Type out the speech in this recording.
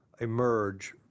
emerge